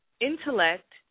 intellect